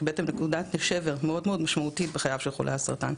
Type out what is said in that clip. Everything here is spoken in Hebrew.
זו בעצם נקודת שבר מאוד משמעותית בחייו של חולי סרטן.